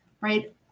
right